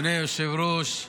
אדוני היושב-ראש,